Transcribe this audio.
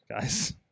guys